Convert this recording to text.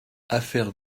affaire